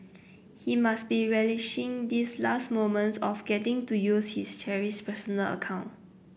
he must be relishing these last moments of getting to use his cherished personal account